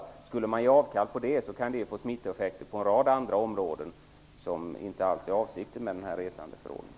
Om man skulle göra avkall på den regeln kan det få smittoeffekter på en rad andra områden, vilket inte alls är avsikten med resandeförordningen.